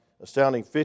Astounding